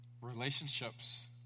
relationships